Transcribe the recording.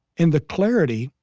and the clarity,